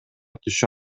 түшө